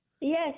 Yes